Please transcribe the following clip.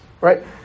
right